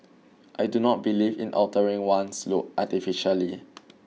I do not believe in altering one's looks artificially